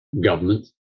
government